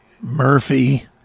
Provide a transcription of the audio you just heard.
murphy